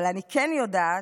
אבל אני כן יודעת,